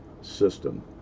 system